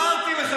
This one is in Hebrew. ואתה ממשיך לשקר.